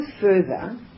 further